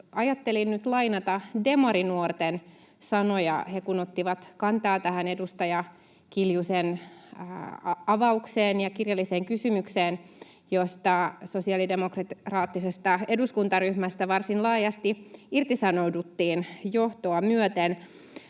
ajattelin nyt lainata Demarinuorten sanoja, he kun ottivat kantaa tähän edustaja Kiljusen avaukseen ja kirjalliseen kysymykseen, josta sosiaalidemokraattisesta eduskuntaryhmästä varsin laajasti irtisanouduttiin johtoa myöten.